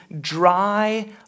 dry